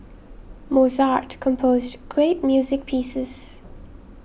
Mozart composed great music pieces